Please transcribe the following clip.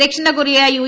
Dakshina Korea U